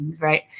Right